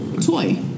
toy